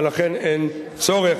ולכן אין צורך,